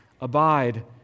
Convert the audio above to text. abide